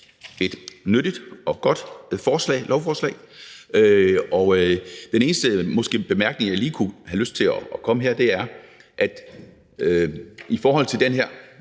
et nyttigt og godt lovforslag. Den eneste bemærkning, jeg måske lige kunne have lyst til at komme med her, er, at i forhold til den her